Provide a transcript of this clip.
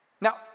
Now